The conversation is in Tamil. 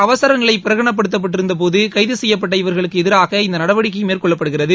அவசரநிலைபிரகடனப்படுத்தப்பட்டிருந்தபோதுகைதுசெய்யப்பட்ட அந்நாட்டில் இவர்களுக்குஎதிராக இந்தநடவடிக்கைமேற்கொள்ளப்படுகிறது